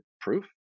proof